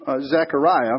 Zechariah